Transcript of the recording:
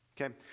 Okay